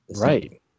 Right